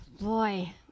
boy